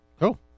Cool